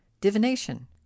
Divination